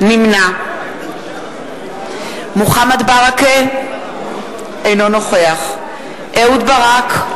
נמנע מוחמד ברכה, אינו נוכח אהוד ברק,